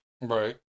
Right